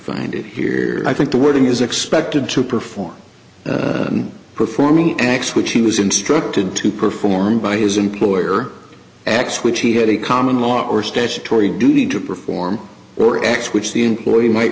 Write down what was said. find it here i think the wording is expected to perform performing acts which he was instructed to perform by his employer x which he had a common law or statutory duty to perform or acts which the employee might